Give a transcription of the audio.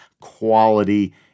quality